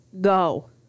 go